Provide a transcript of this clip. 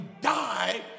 die